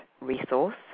resource